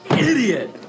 idiot